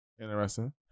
interesting